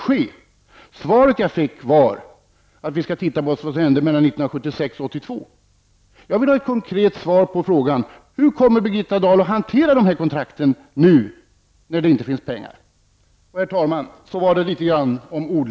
Svaret jag fick var att vi skulle titta på vad som hände åren 1976--1982. Jag vill ha ett konkret svar på frågan: Hur kommer Birgitta Dahl att hantera de här kontrakten nu när det inte finns pengar? Herr talman!